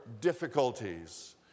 difficulties